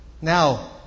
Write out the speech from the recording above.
Now